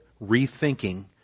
rethinking